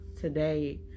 today